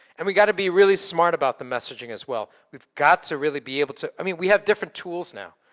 and we gotta be really smart about the messaging as well. we've got to really be able to, i mean, we have different tools now.